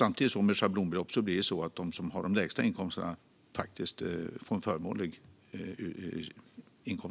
Med ett schablonbelopp får faktiskt de som har de lägsta inkomsterna en förmånlig inkomst.